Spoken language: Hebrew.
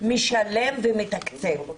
משלם ומתקצב.